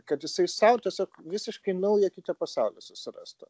kad jisai sau tiesiog visiškai naują kitą pasaulį susirastų